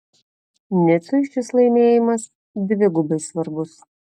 nicui šis laimėjimas dvigubai svarbus